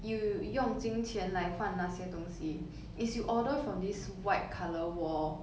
you 用金钱 like 换那些东西 is you order from this white colour wall